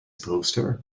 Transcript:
poster